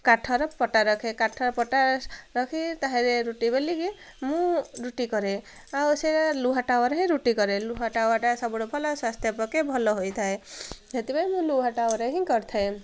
କାଠର ପଟା ରଖେ କାଠର ପଟା ରଖି ତାହେଲେ ରୁଟି ବେଲିକି ମୁଁ ରୁଟି କରେ ଆଉ ସେଇଟା ଲୁହା ତାୱାରେ ହିଁ ରୁଟି କରେ ଲୁହା ତାୱାଟା ସବୁଠୁ ଭଲ ସ୍ୱାସ୍ଥ୍ୟ ପକ୍ଷେ ଭଲ ହୋଇଥାଏ ସେଥିପାଇଁ ମୁଁ ଲୁହା ତାୱାରେ ହିଁ କରିଥାଏ